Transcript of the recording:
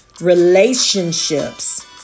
relationships